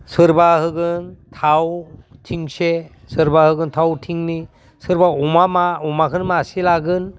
सोरबा होगोन थाव थिंसे सोरबा होगोन थाव थिंनै सोरबा अमा मा अमाखोनो मासे लागोन